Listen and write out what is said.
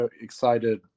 excited